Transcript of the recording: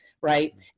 right